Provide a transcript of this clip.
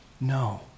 No